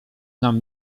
nam